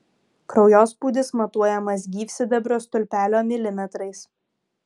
kraujospūdis matuojamas gyvsidabrio stulpelio milimetrais